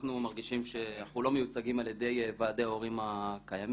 אנחנו מרגישים שאנחנו לא מיוצגים על ידי ועדי ההורים הקיימים.